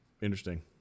interesting